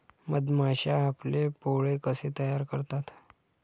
मधमाश्या आपले पोळे कसे तयार करतात?